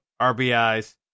RBIs